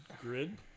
grid